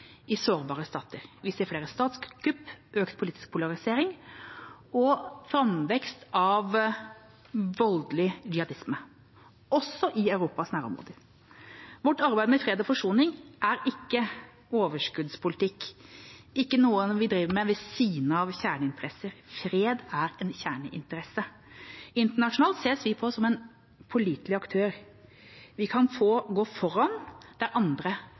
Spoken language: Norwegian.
i sårbare stater. Vi ser flere statskupp, økt politisk polarisering og framvekst av voldelig jihadisme, også i Europas nærområder. Vårt arbeid med fred og forsoning er ikke overskuddspolitikk, det er ikke noe vi driver med ved siden av kjerneinteresser. Fred er en kjerneinteresse. Internasjonalt ses vi på som en pålitelig aktør. Vi kan gå foran der andre